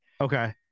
Okay